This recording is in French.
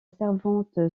servante